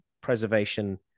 preservation